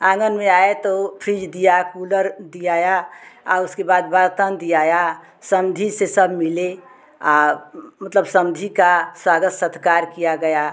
आँगन में आए तो फ्रिज दिया कूलर दियाया उसके बाद बर्तन दियाया समधी से सब मिले मतलब समधी का स्वागत सत्कार किया गया